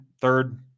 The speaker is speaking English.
third